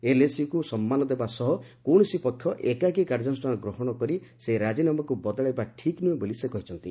LAC କୁ ସମ୍ମାନ ଦେବା ସହ କୌଣସି ପକ୍ଷ ଏକାକି କାର୍ଯ୍ୟାନୁଷ୍ଠାନ ଗ୍ରହଣ କରି ସେହି ରାଜିନାମାକୁ ବଦଳାଇବା ଠିକ୍ ନୁହେଁ ବୋଲି ସେ କହିଛନ୍ତି